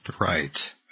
Right